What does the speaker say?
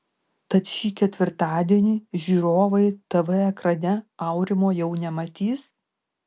tad šį ketvirtadienį žiūrovai tv ekrane aurimo jau nematys